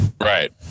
Right